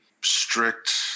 strict